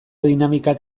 dinamikak